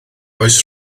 oes